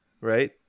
right